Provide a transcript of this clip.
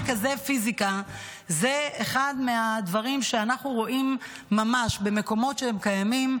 מרכזי פיזיקה הם אחד מהדברים שאנחנו רואים ממש במקומות שהם קיימים,